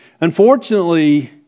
Unfortunately